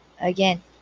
again